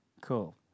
Cool